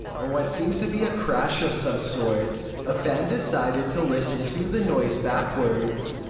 and what seems to be a crash of some sort, a fan decided to listen to the noise backward.